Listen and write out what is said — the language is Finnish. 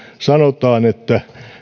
sanotaan että